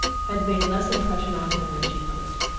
had made less impression on him than she hoped.